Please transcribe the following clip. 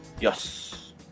yes